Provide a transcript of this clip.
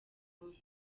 konti